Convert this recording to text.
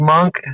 Monk